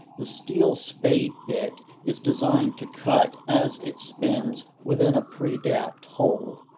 the steel spade bit is designed to cut as it spins within a pre-dapped hole.